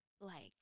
like-